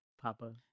Papa